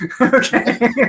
Okay